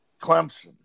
Clemson